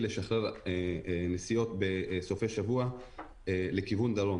לשחרר נסיעות בסופי שבוע לכיוון דרום,